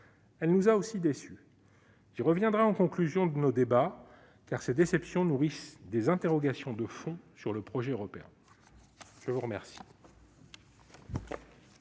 elle nous a aussi déçus. J'y reviendrai en conclusion de nos débats, car ces déceptions nourrissent des interrogations de fond sur le projet européen. La parole